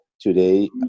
today